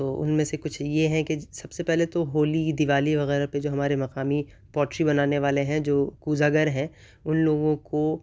تو ان میں سے کچھ یہ ہیں کہ سب سے پہلے تو ہولی دیوالی وغیرہ پہ جو ہمارے مقامی پوٹری بنانے والے ہیں جو زا گھر ہیں ان لوگوں کو